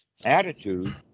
attitude